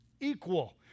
equal